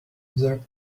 observe